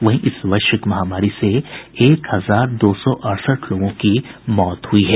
वहीं इस वैश्विक महामारी से एक हजार दो सौ अड़सठ लोगों की मौत हुई है